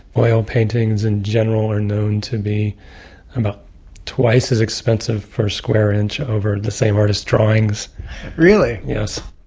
oil paintings in general are known to be about twice as expensive per square inch over the same artist's drawings really? yes